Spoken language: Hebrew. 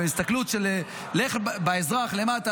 בהסתכלות של האזרח למטה,